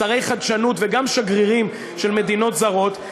שרי חדשנות וגם שגרירים של מדינות זרות,